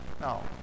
Now